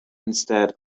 instead